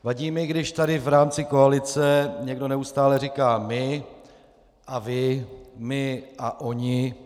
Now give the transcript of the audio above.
Vadí mi, když tady v rámci koalice někdo neustále říká my a vy, my a oni.